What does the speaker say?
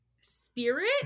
spirit